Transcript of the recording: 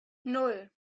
nan